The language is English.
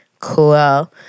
Cool